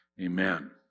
amen